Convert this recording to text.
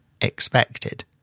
expected